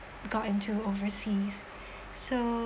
got into overseas so